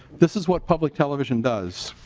this is what public television does.